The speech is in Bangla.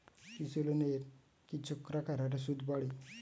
কৃষি লোনের কি চক্রাকার হারে সুদ বাড়ে?